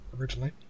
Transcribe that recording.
originally